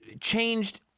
changed